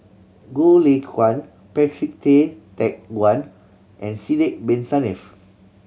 Goh Lay Kuan Patrick Tay Teck Guan and Sidek Bin Saniff